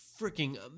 freaking